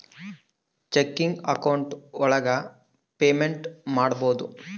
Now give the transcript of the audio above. checking account ಒಳಗ payment ಮಾಡ್ಬೋದು